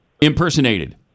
impersonated